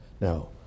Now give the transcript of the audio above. Now